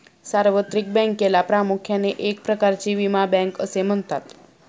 सार्वत्रिक बँकेला प्रामुख्याने एक प्रकारची विमा बँक असे म्हणतात